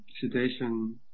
situation